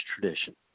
tradition